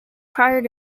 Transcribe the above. prior